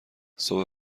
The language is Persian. صبح